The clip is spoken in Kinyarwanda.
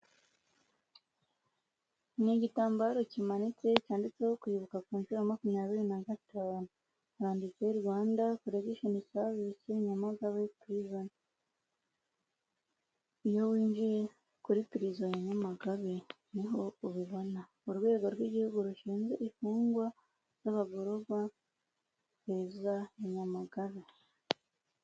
Ni igitambaro kimanitse cyanditseho kwibuka ku nshuro makumyabiri na gatanu. handitse Rwanda koregisheni savisi Nyamagabe purizoni. Iyo winjiye kuri gereza ya Nyamagabe niho ubibona, urwego rw'igihugu rushinzwe imfungwa n'abagororwa, gereza ya Nyamagabe.